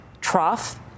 trough